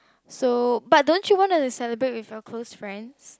so but don't you want to celebrate with your close friends